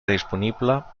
disponible